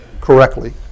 correctly